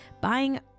buying